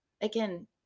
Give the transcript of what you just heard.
again